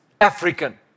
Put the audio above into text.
African